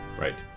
Right